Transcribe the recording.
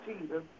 Jesus